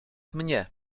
mnie